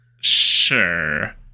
Sure